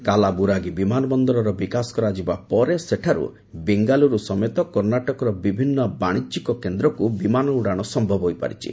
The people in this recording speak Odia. କାଲାବୁରାଗି ବିମାନ ବନ୍ଦରର ବିକାଶ କରାଯିବା ପରେ ସେଠାରୁ ବେଙ୍ଗାଲ୍ୱରୁ ସମେତ କର୍ଷାଟକର ବିଭିନ୍ନ ବାଣିଜ୍ୟିକ କେନ୍ଦ୍ରକୁ ବିମାନ ଉଡ଼ାଣ ସମ୍ଭବ ହୋଇପାରିଛି